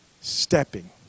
stepping